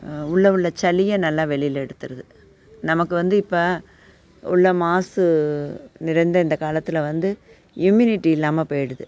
உள்ளே உள்ள சளியை நல்லா வெளியில் எடுத்திருது நமக்கு வந்து இப்போ உள்ள மாசு நிறைந்த இந்த காலத்தில் வந்து இம்யுனிட்டி இல்லாமல் போய்விடுது